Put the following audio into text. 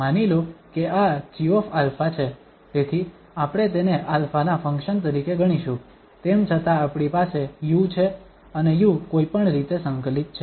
માની લો કે આ gα છે તેથી આપણે તેને α ના ફંક્શન તરીકે ગણીશું તેમ છતાં આપણી પાસે u છે અને u કોઈપણ રીતે સંકલિત છે